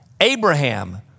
Abraham